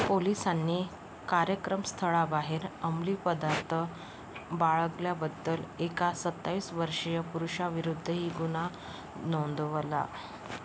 पोलिसांनी कार्यक्रमस्थळाबाहेर अमली पदार्थ बाळगल्याबद्दल एका सत्तावीस वर्षीय पुरुषाविरुद्धही गुन्हा नोंदवला